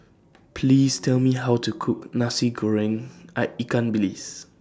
Please Tell Me How to Cook Nasi Goreng I Ikan Bilis